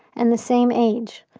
and the same age.